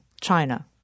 China